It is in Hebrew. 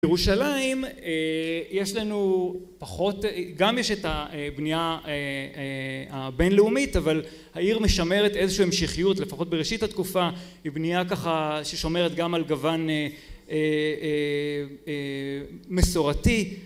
בירושלים יש לנו פחות, גם יש את הבנייה הבינלאומית אבל העיר משמרת איזה שהמשכיות לפחות בראשית התקופה עם בנייה ככה ששומרת גם על גוון מסורתי